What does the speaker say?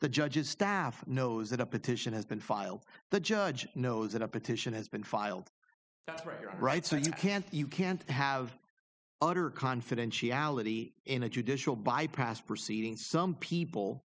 the judge's staff knows that a petition has been filed the judge knows that a petition has been filed right so you can't you can't have utter confidentiality in a judicial bypass proceeding some people